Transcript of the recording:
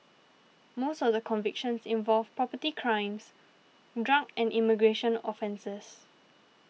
most of the convictions involved property crimes drug and immigration offences